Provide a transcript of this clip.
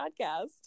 podcast